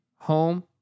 Home